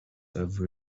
over